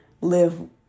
live